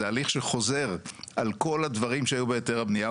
זה הליך שחוזר על כל הדבירם שהיו בהיתר הבנייה.